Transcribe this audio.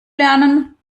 lernen